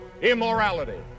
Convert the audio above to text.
immorality